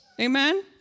Amen